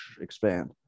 expand